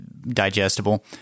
digestible